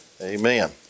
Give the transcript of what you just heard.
Amen